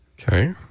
Okay